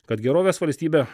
kad gerovės valstybė